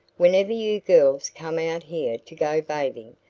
whenever you girls come out here to go bathing,